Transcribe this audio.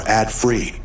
ad-free